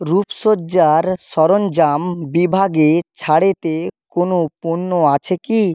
রূপসজ্জার সরঞ্জাম বিভাগে ছাড়েতে কোনো পণ্য আছে কি